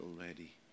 already